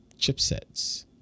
chipsets